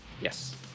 Yes